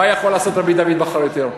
מה יכול לעשות רבי דוד באחרית היום?